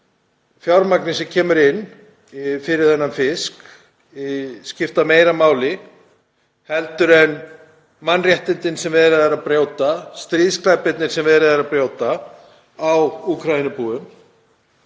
fjármagnið sem kemur inn fyrir þennan fisk skipta meira máli heldur en mannréttindin sem verið er að brjóta, stríðsglæpirnir sem verið er að fremja á Úkraínubúum.